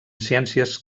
ciències